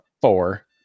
four